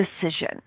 decision